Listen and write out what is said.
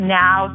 now